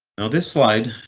now this slide